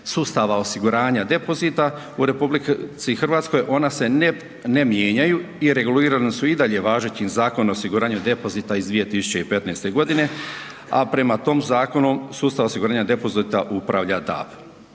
sustava osiguranja depozita u RH ona se ne mijenjaju i regulirana su i dalje važećim Zakonom o osiguranju depozita iz 2015. godine, a prema tom zakonu sustavom osiguranja depozita upravlja DAB.